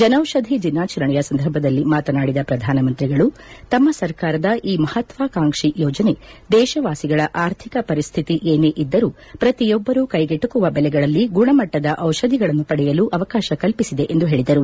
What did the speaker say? ಜನೌಷಧಿ ದಿನಾಚರಣೆಯ ಸಂದರ್ಭದಲ್ಲಿ ಮಾತನಾಡಿದ ಪ್ರಧಾನಮಂತ್ರಿಗಳು ತಮ್ನ ಸರ್ಕಾರದ ಈ ಮಹಾತ್ನಾಕಾಂಕ್ಲಿ ಯೋಜನೆ ದೇಶವಾಸಿಗಳ ಆರ್ಥಿಕ ಪರಿಸ್ತಿತ ಏನೇ ಇದ್ದರೂ ಪ್ರತಿಯೊಬ್ಬರೂ ಕ್ಕೆಗೆಟಕುವ ಬೆಲೆಗಳಲ್ಲಿ ಗುಣಮಟ್ಟದ ಡಿಷಧಿಗಳನ್ನು ಪಡೆಯಲು ಅವಕಾಶ ಕಲ್ಪಿಸಿದೆ ಎಂದು ಹೇಳದರು